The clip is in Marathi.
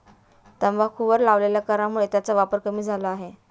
तंबाखूवर लावलेल्या करामुळे त्याचा वापर कमी झाला आहे